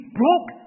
broke